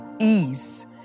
ease